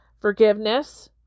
forgiveness